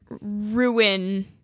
ruin